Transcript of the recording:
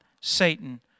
Satan